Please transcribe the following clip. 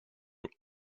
are